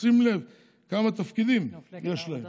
שים לב כמה תפקידים יש להם.